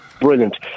brilliant